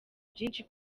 byinshi